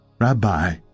Rabbi